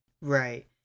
Right